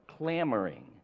clamoring